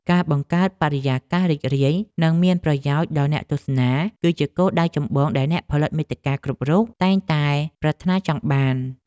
ការបង្កើតបរិយាកាសរីករាយ និងមានប្រយោជន៍ដល់អ្នកទស្សនា គឺជាគោលដៅចម្បងដែលអ្នកផលិតមាតិកាគ្រប់រូបតែងតែប្រាថ្នាចង់បាន។